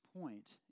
point